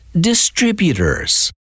distributors